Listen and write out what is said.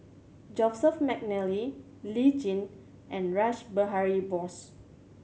Joseph McNally Lee Tjin and Rash Behari Bose